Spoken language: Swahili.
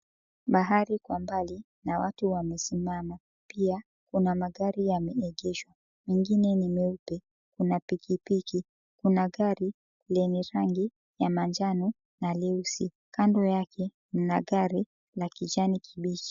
Bahari kwa mbali na watu wamesimama pia kuna magari yemeegeshwa mengine ni meupe, kuna pikipiki, kuna gari lenye rangi ya manjano na leusi, kando yake mna gari la kijani kibichi.